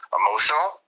emotional